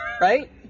right